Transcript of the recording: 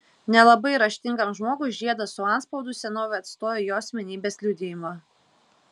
nelabai raštingam žmogui žiedas su antspaudu senovėje atstojo jo asmenybės liudijimą